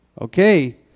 Okay